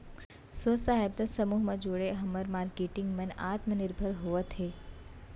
स्व सहायता समूह म जुड़े हमर मारकेटिंग मन आत्मनिरभर होवत हे